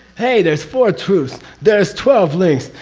hey, there's four truths, there's twelve links,